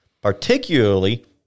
particularly